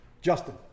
Justin